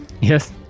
Yes